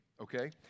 okay